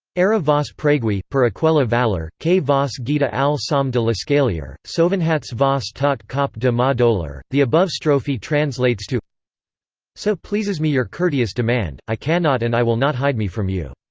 ara vos pregui, per aquela valor que vos guida al som de l'escalier, sovenhatz-vos tot cop de ma dolor the above strophe translates to so pleases me your courteous demand, i cannot and i will not hide me from you.